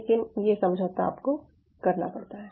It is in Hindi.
लेकिन यह समझौता आपको करना पड़ता है